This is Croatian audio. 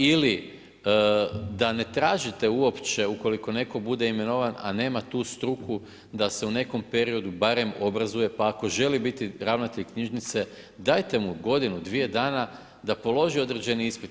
Ili da ne tražite uopće, ukoliko netko bude imenovan, a nema tu struku da se u nekom periodu barem obrazuje pa ako želi biti ravnatelj knjižnice, dajte mu godinu-dvije dana da položi određeni ispit.